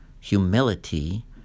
humility